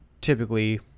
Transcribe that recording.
typically